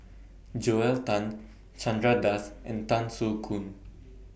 Joel Tan Chandra Das and Tan Soo Khoon